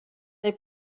they